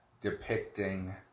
depicting